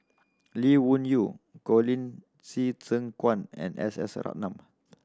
Lee Wung Yew Colin Qi Zhe Quan and S S Ratnam